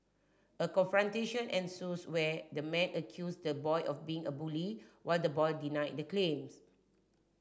a confrontation ensues where the man accused the boy of being a bully while the boy denied the claims